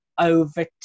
over